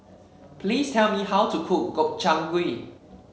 please tell me how to cook Gobchang Gui